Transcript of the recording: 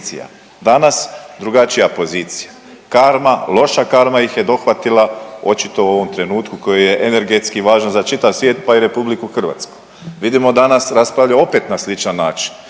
Danas, drugačija pozicija. Krama, loša karma ih je dohvatila očito u ovom trenutku koji je energetski važan za čitav svijet pa i RH. Vidimo danas raspravljaju opet na sličan način,